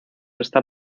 está